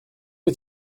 les